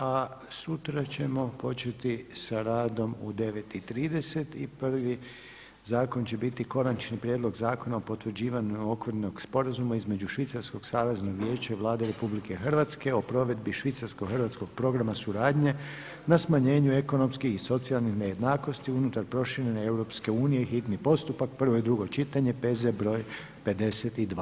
A sutra ćemo početi sa radom u 9,30 i prvi zakon će biti Konačni prijedlog Zakona o potvrđivanju okvirnog sporazuma između Švicarskog saveznog vijeća i Vlade RH o provedbi Švicarsko-hrvatskog programa suradnje na smanjenju ekonomskih i socijalnih nejednakosti unutar proširenje EU, hitni postupak, prvo i drugo čitanje, P.Z. broj 52.